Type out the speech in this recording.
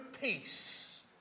peace